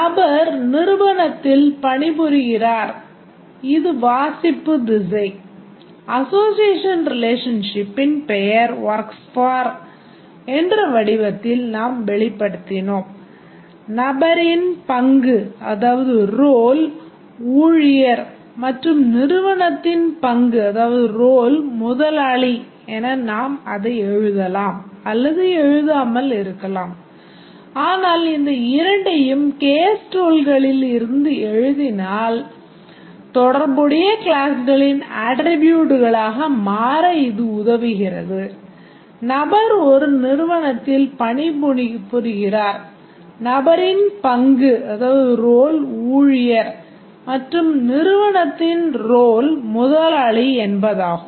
நபர் நிறுவனத்தில் பணிபுரிகிறார் முதலாளி என்பதாகும்